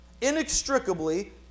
inextricably